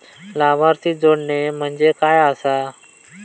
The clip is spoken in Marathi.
लाभार्थी जोडणे म्हणजे काय आसा?